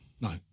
No